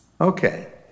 Okay